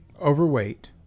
overweight